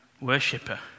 worshipper